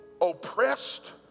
oppressed